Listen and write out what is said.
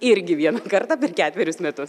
irgi vien kartą per ketverius metus